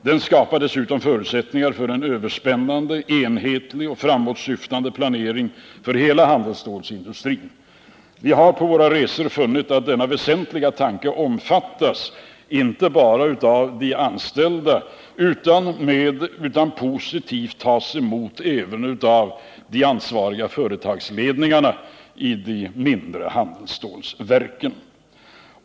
Den skapar dessutom förutsättningar för en överspännande, enhetlig och framåtsyftande planering för handelsstålindustrin. Vi har på våra resor funnit att denna väsentliga tanke omfattas inte bara av de anställda utan tas emot positivt även av de ansvariga företagsledningarna i de mindre handelsstålverken.